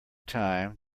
time